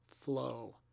flow